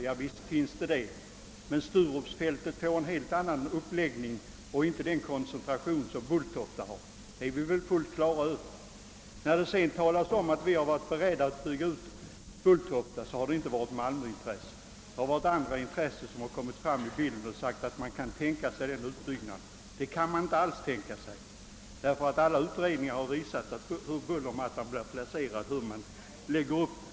Ja visst — men det planerade fältet vid Sturup får en helt annan uppläggning och det blir inte samma koncentration som vid Bulltofta. Detta är vi helt på det klara med. Att man varit beredd att bygga ut Bulltofta har inte dikterats av något malmöintresse utan av andra intressen, som hävdat att man kan tänka sig den utbyggnaden. Men det kan man inte alls tänka 'sig, ty alla utredningar har visat att bullermattan kommer att ligga så att problem uppstår.